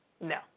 no